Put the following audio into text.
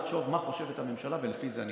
יחשוב מה חושבת הממשלה ולפי זה ישפוט.